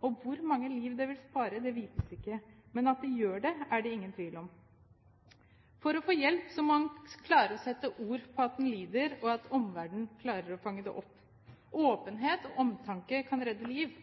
Hvor mange liv det vil spare, vites ikke, men at det gjør det, er det ingen tvil om. For å få hjelp må man klare å sette ord på at man lider, og omverdenen må klare å fange det opp. Åpenhet og omtanke kan redde liv.